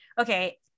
okay